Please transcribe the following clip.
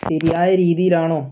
ശരിയായ രീതിയിലാണോ